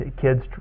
Kids